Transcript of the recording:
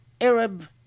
Arab